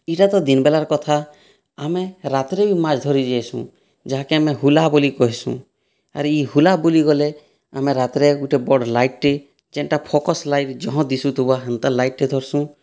ଇଟା ତ ଦିନ୍ ବାଲାର କଥା ଆମେ ରାତିରେ ବି ମାଛ ଧରି ଯାଇସୁଁ ଯାହାକେ ଆମେ ହୁଲା ବୋଲି କହିସୁ ଆର୍ ଇ ହୁଲା ବୋଲି ଗଲେ ଆମେ ରାତିରେ ଗୋଟିଏ ବଡ଼ ଲାଇଟ୍ ଜେଣ୍ଟା ଫୋକସ୍ ଲାଇଟ୍ ଜହଁ ଦିଶୁଥିବ ହେନ୍ତା ଲାଇଟ୍ ଟେ ଧରସୁଁ